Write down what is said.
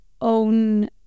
own